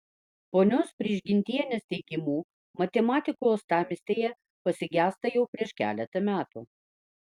ponios prižgintienės teigimu matematikų uostamiestyje pasigesta jau prieš keletą metų